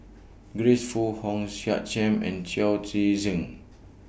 Grace Fu Hong Sek Chern and Chao Tzee Cheng